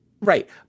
Right